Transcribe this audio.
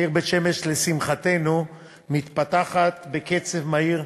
העיר בית-שמש, לשמחתנו, מתפתחת בקצב מהיר,